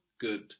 Good